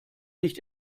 nicht